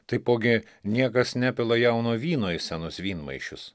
taipogi niekas nepila jauno vyno į senus vynmaišius